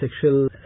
sexual